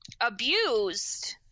abused